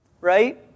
Right